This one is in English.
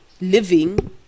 living